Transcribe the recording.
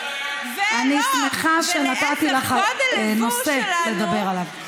אני שמחה שנתתי לך נושא לדבר עליו.